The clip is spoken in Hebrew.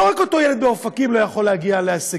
לא רק אותו ילד מאופקים לא יכול להגיע להישגים,